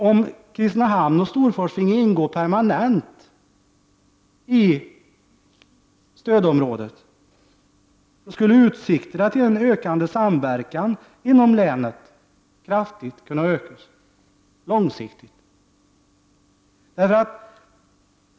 Om Kristinehamn och Storfors finge ingå permanent i stödområdet, skulle utsikterna till en långsiktigt ökande samverkan inom länet kraftigt kunna ökas.